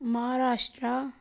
Maharashtra